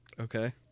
Okay